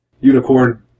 Unicorn